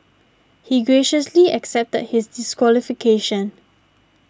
he graciously accepted his disqualification